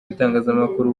itangazamakuru